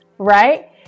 Right